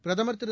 பிரதமா் திரு